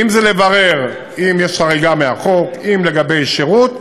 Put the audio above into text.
אם לברר אם יש חריגה מהחוק ואם לגבי שירות.